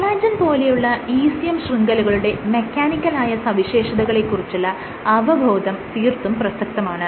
collagen പോലെയുള്ള ECM ശൃംഖലകളുടെ മെക്കാനിക്കലായ സവിശേഷതകളെ കുറിച്ചുള്ള അവബോധം തീർത്തും പ്രസക്തമാണ്